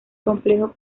complejo